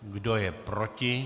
Kdo je proti?